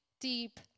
deep